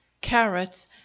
carrots